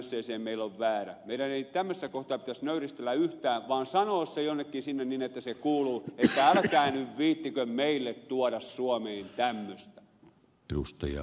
meidän ei tämmöisessä kohtaa pitäisi nöyristellä yhtään vaan sanoa se jonnekin sinne niin että se kuuluu että älkää nyt viitsikö meille tuoda suomeen tämmöistä